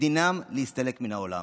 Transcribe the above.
ודינן להסתלק מן העולם.